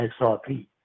XRP